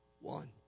one